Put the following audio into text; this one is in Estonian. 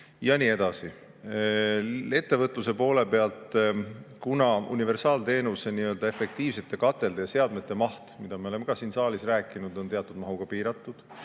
Ja nii edasi. Ettevõtluse poole pealt, kuna universaalteenuse nii-öelda efektiivsete katelde ja seadmete maht, millest me oleme ka siin saalis rääkinud, on piiratud,